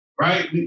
right